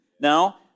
Now